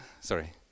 sorry